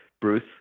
Bruce